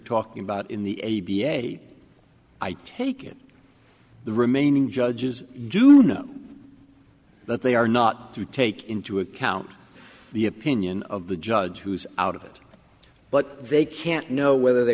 talking about in the a b a i take it the remaining judges do know that they are not to take into account the opinion of the judge who's out of it but they can't know whether they